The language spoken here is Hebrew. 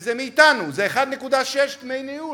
וזה מאתנו, זה 1.6% דמי ניהול.